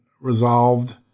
resolved